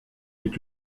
est